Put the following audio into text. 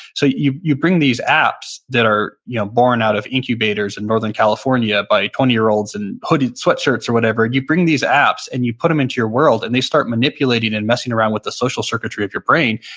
so you you bring these apps that are you know born out of incubators in northern california by twenty year olds in hooded sweatshirts or whatever, you bring these apps and put them into your world and they start manipulating and messing around with the social circuitry of your brain,